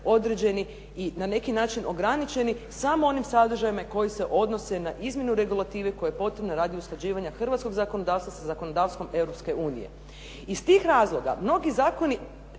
određeni i na neki način ograničeni samo onim sadržajima i koji se odnose na izmjenu regulative koja je potrebna radi usklađivanja hrvatskog zakonodavstva sa zakonodavstvom Europske unije. Iz tih razloga mnogi zakoni